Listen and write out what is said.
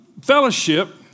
Fellowship